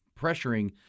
pressuring